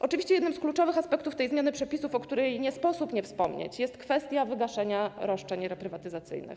Oczywiście jednym z kluczowych aspektów tej zmiany przepisów, o której nie sposób nie wspomnieć, jest kwestia wygaszenia roszczeń reprywatyzacyjnych.